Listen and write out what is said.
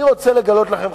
אני רוצה לגלות לכם,